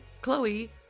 Chloe